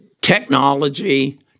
technology